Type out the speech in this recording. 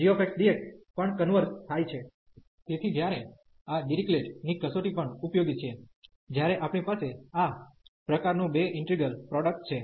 તેથી જ્યારે આ ડીરીક્લેટDirichlet's ની કસોટી પણ ઉપયોગી છે જ્યારે આપણી પાસે આ પ્રકારનું બે ઈન્ટિગ્રલ પ્રોડક્ટ છે